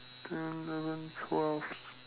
ten eleven twelve